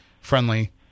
friendly